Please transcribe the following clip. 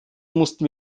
mussten